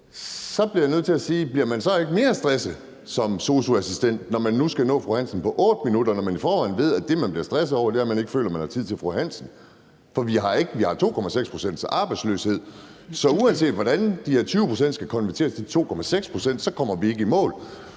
bliver mere stresset som sosu-assistent, når man nu skal nå fru Hansen på 8 minutter, når man i forvejen ved, at det, man bliver stresset over, er, at man ikke føler, at man har tid til fru Hansen. Vi har en arbejdsløshed på 2,6 pct., så uanset hvordan de her 20 pct. skal konverteres til de 2,6 pct., kommer vi ikke i mål.